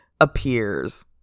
appears